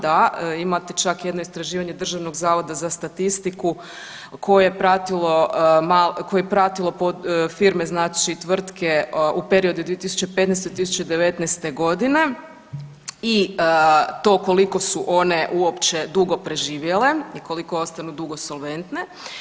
Da, imate čak jedno istraživanje Državnog zavoda za statistiku koje je pratilo firme, znači tvrtke u periodu 2015., 2019. godine i to koliko su one uopće dugo preživjele i koliko ostanu dugo solventne.